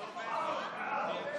לוועדה שתקבע הוועדה המסדרת